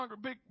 big